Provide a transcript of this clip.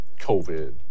covid